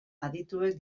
adituek